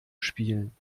spielen